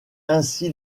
ainsi